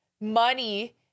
money